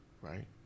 right